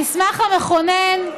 המסמך המכונן,